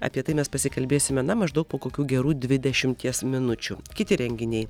apie tai mes pasikalbėsime na maždaug po kokių gerų dvidešimties minučių kiti renginiai